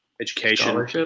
education